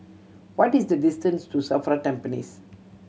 what is the distance to SAFRA Tampines